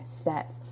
steps